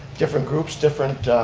different groups, different